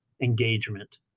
engagement